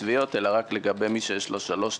תביעות אלא רק לגבי מי שיש לו שלוש תביעות.